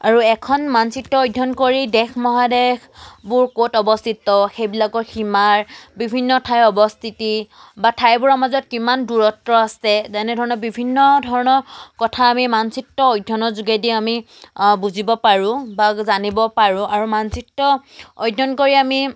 আৰু এখন মানচিত্ৰ অধ্যয়ন কৰি দেশ মহাদেশবোৰ ক'ত অৱস্থিত সেইবিলাকৰ সীমাৰ বিভিন্ন ঠাইৰ অৱস্থিতি বা ঠাইবোৰৰ মাজত কিমান দূৰত্ব আছে যেনেধৰণৰ বিভিন্ন ধৰণৰ কথা আমি মানচিত্ৰ অধ্যয়নৰ যোগেদি আমি বুজিব পাৰোঁ বা জানিব পাৰোঁ আৰু মানচিত্ৰ অধ্যয়ন কৰি আমি